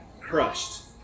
crushed